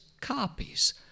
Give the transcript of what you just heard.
copies